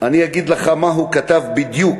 אני אגיד לך מה הוא כתב בדיוק,